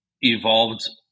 evolved